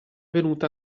venuta